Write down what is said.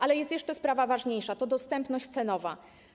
Ale jest jeszcze sprawa ważniejsza - to dostępność cenowa.